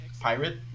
pirate